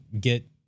get